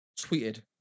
tweeted